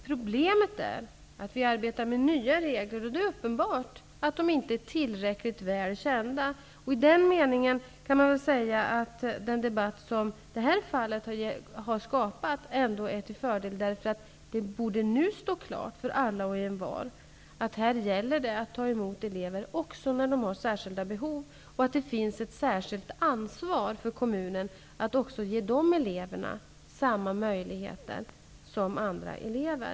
Problemet är att vi arbetar med nya regler, och det är uppenbart att de inte är tillräckligt väl kända. I den meningen kan man väl säga att den debatt som det här fallet har skapat ändå är till fördel, därför att det borde nu stå klart för alla och envar att här gäller det att ta emot elever också när de har särskilda behov och att det finns ett särskilt ansvar för kommunen att också ge de eleverna samma möjligheter som andra elever.